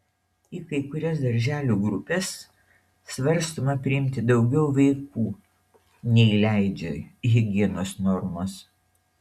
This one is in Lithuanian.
į kai kurias darželių grupes svarstoma priimti daugiau vaikų nei leidžia higienos normos